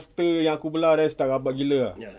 I think after aku belah then start rabak gila ah